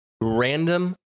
random